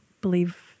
believe